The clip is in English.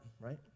right